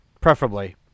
preferably